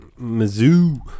Mizzou